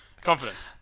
confidence